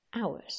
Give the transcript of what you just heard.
hours